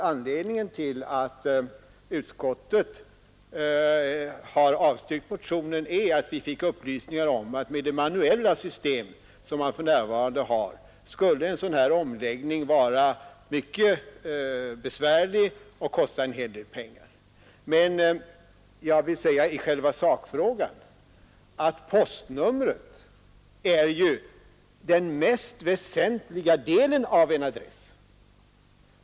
Anledningen till att utskottet har avstyrkt motionen är att vi fick upplysningar om att med det manuella system som man för närvarande har skulle en sådan här omläggning vara mycket besvärlig och kosta en hel del pengar. Men jag vill säga i själva sakfrågan, att postnumret är den mest väsentliga delen av en adress.